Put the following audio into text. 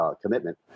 commitment